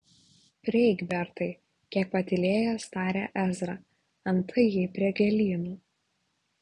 prieik bertai kiek patylėjęs tarė ezra antai ji prie gėlyno